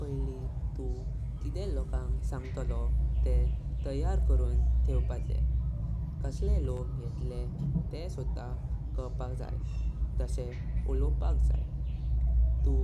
पहिली तू किदे लोकांक सांगतलो तेह तयार करून ठेवेपाचे। कसले लोग येतले तेह सुदा करूनपाक जाय, तशें उलवपाक जाय। तू